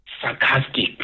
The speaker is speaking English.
sarcastic